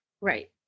Right